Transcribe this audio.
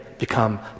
become